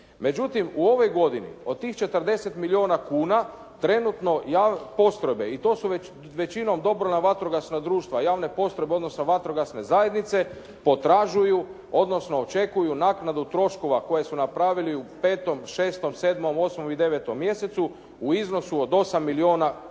Međutim, u ovoj godini od tih 40 milijuna kuna trenutno postrojbe i to su većinom dobrovoljna vatrogasna društva, javne postrojbe, odnosno vatrogasne zajednice potražuju, odnosno očekuju naknadu troškova koje su napravili u petom, šestom, sedmom, osmom i devetom mjesecu u iznosu od 8 milijuna,